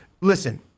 listen